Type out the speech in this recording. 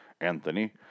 Anthony